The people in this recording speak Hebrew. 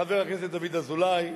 חבר הכנסת דוד אזולאי,